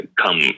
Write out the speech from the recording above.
come